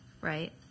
Right